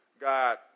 God